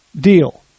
deal